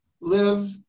live